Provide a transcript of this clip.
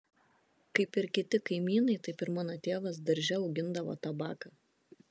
kaip ir kiti kaimynai taip ir mano tėvas darže augindavo tabaką